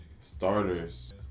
starters